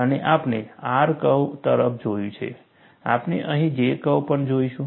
અને આપણે R curve તરફ જોયું છે આપણે અહીં J કર્વ પણ જોઈશું